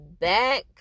back